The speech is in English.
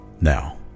Now